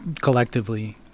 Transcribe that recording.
collectively